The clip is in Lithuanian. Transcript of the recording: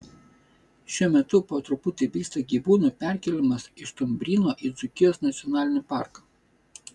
šiuo metu po truputį vyksta gyvūnų perkėlimas iš stumbryno į dzūkijos nacionalinį parką